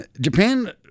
Japan